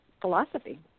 philosophy